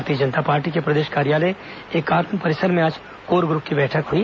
भारतीय जनता पार्टी के प्रदेश कार्यालय एकात्म परिसर में आज कोर ग्रप की बैठक हई